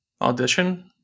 Audition